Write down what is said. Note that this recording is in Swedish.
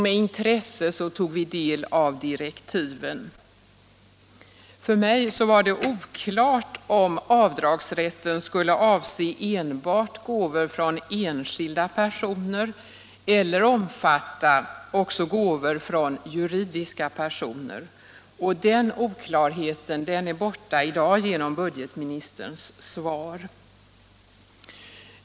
Med intresse tog vi del av direktiven till den. För mig var det oklart om avdragsrätten skulle avse enbart gåvor från enskilda personer eller omfatta också gåvor från juridiska personer. Den oklarheten är borta i dag genom budgetministerns svar.